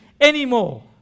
anymore